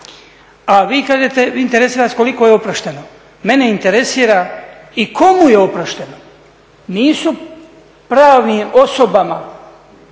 A vi kažete, interesira vas koliko je oprošteno. Mene interesira i komu je oprošteno. Nisu pravnim osobama